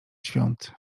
świąt